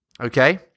Okay